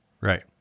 Right